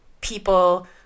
people